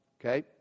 Okay